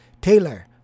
Taylor